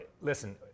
listen